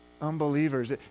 unbelievers